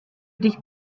dich